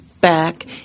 back